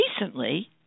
Recently